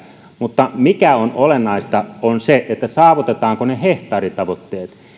mutta se mikä on olennaista on se saavutetaanko ne hehtaaritavoitteet